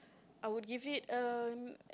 I would give it um